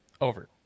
Over